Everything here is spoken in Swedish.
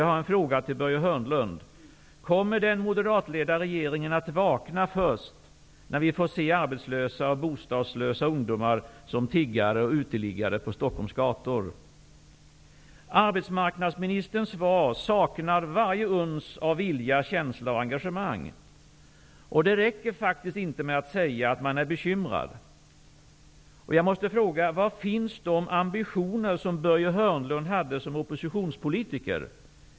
Jag har en fråga till Börje Hörnlund: Kommer den moderatledda regeringen att vakna först när vi får se arbetslösa och bostadslösa ungdomar som tiggare och uteliggare på Stockholms gator? Arbetsmarknadsministerns svar saknar varje uns av vilja, känsla och engagemang. Det räcker inte med att säga att man är bekymrad. Jag måste fråga: Var finns de ambitioner som Börje Hörnlund hade som oppositionspolitiker?